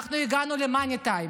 אנחנו הגענו למאני טיים.